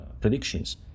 predictions